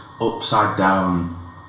upside-down